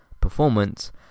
performance